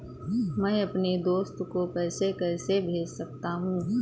मैं अपने दोस्त को पैसे कैसे भेज सकता हूँ?